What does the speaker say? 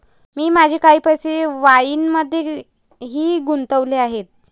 मी माझे काही पैसे वाईनमध्येही गुंतवले आहेत